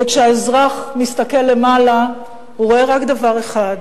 וכשהאזרח מסתכל למעלה, הוא רואה רק דבר אחד: